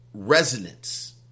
Resonance